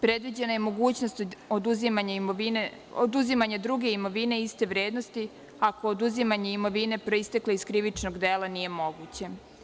Predviđena je mogućnost oduzimanja druge imovine iste vrednosti, ako oduzimanje imovine proistekle iz krivičnog dela nije moguće.